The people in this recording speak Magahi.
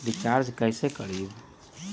रिचाज कैसे करीब?